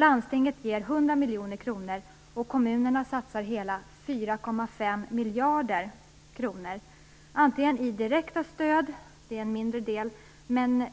Landstingen ger 100 miljoner kronor, och kommunerna satsar hela 4,5 miljarder kronor antingen i direkta stöd - det är en mindre del - eller